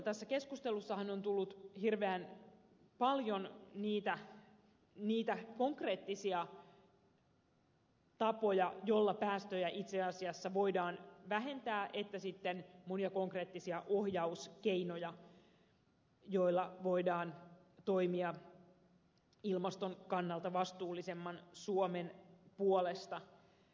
tässä keskustelussahan on tullut hirveän paljon niitä konkreettisia tapoja joilla päästöjä itse asiassa voidaan vähentää ja sitten monia konkreettisia ohjauskeinoja joilla voidaan toimia ilmaston kannalta vastuullisemman suomen puolesta